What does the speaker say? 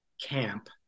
camp